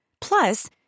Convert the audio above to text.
Plus